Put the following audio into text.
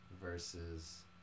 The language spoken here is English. versus